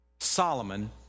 Solomon